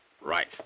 Right